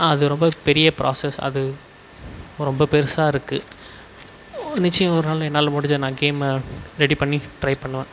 அது ரொம்ப பெரிய ப்ராஸஸ் அது ரொம்ப பெருசாக இருக்குது நிச்சயம் ஒருநாள் என்னால் முடிஞ்ச நான் கேமை ரெடி பண்ணி ட்ரைப் பண்ணுவேன்